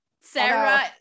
Sarah